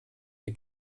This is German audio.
die